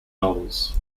novels